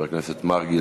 חבר הכנסת מרגי,